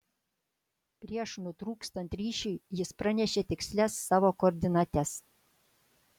prieš nutrūkstant ryšiui jis pranešė tikslias savo koordinates